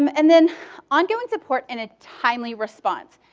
um and then ongoing support in a timely response.